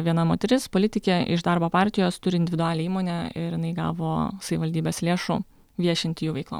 viena moteris politikė iš darbo partijos turi individualią įmonę ir jinai gavo savivaldybės lėšų viešinti jų veiklą